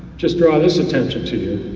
just draw this attention to you,